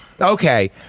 okay